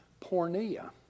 pornea